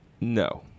No